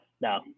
No